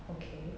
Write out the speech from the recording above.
okay